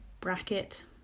bracket